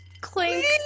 Clink